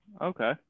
Okay